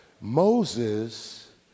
Moses